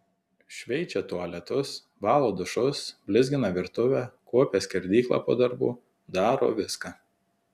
šveičia tualetus valo dušus blizgina virtuvę kuopia skerdyklą po darbų daro viską